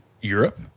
Europe